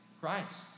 Christ